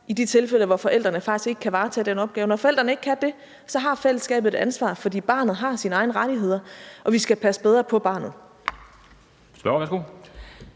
i de tilfælde, hvor forældrene faktisk ikke kan varetage den opgave. Når forældrene ikke kan det, har fællesskabet et ansvar, for barnet har sine egne rettigheder, og vi skal passe bedre på barnet.